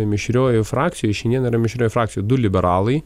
mišriojoj frakcijoj šiandien yra mišriojoj frakcijoj du liberalai